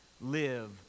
live